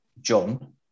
John